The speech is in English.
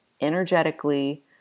energetically